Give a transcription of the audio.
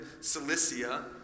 Cilicia